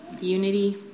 unity